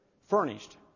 furnished